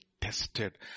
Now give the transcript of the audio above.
tested